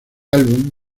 álbum